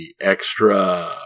extra